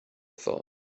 thought